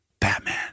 Batman